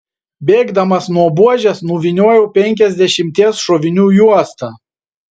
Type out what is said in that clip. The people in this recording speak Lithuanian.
bėgdamas nuo buožės nuvyniojau penkiasdešimties šovinių juostą